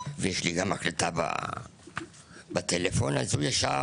ויש לי את זה גם בהקלטה בטלפון, אז הוא ישר